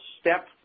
step